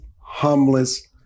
humblest